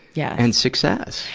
yeah and success.